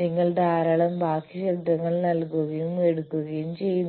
നിങ്ങൾ ധാരാളം ബാഹ്യ ശബ്ദങ്ങൾ നൽകുകയോ എടുക്കുകയോ ചെയ്യുന്നു